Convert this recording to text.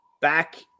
back